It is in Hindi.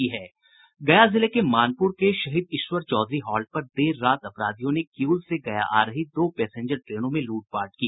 गया जिले के मानपुर के शहीद ईश्वर चौधरी हॉल्ट पर देर रात अपराधियों ने किऊल से गया आ रही दो पैसेंजर ट्रेनों मे लूटपाट की